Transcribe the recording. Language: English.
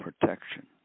protection